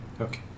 Okay